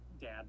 dad